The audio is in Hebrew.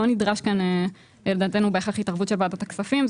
לדעתנו לא נדרשת כאן בהכרח התערבות של ועדת הכספים.